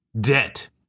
debt